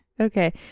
Okay